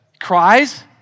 Cries